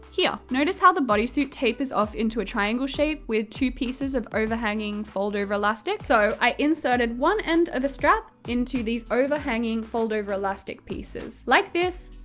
here. notice how the bodysuit tapers off into a triangle shape, with two pieces of overhanging fold over elastic? so, i inserted one end of a strap into these overhanging fold over elastic pieces, like this,